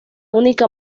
única